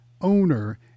owner